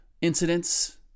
incidents